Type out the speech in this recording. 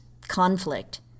conflict